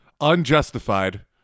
Unjustified